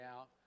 out